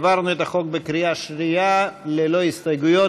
העברנו את החוק בקריאה שנייה ללא הסתייגויות.